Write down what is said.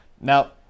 Now